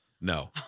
No